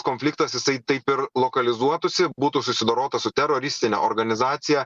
konfliktas jisai taip ir lokalizuotųsi būtų susidorota su teroristine organizacija